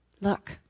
Look